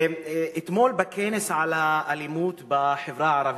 אתמול בכנס על האלימות בחברה הערבית,